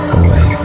away